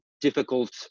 difficult